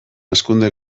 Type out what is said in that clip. hazkunde